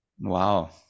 Wow